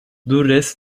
durres